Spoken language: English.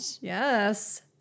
Yes